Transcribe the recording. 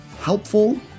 helpful